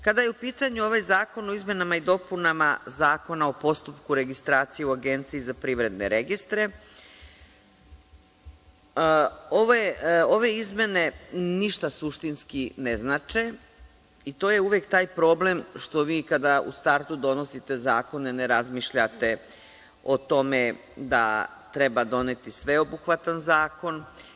Kada je u pitanju ovaj Zakon o izmenama i dopunama Zakona o postupku registracije u Agenciji za privredne registre, ove izmene ništa suštinski ne znače i to je uvek taj problem što vi kada u startu donosite zakone ne razmišljate o tome da treba doneti sveobuhvatan zakon.